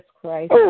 Christ